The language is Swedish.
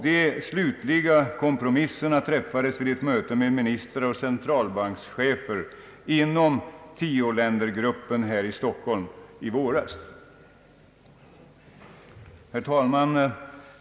De slutliga kompromisserna träffades vid ett möte med ministrar och centralbankschefer inom tioländergruppen här i Stockholm i våras. Herr talman!